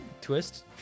Twist